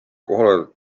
kohale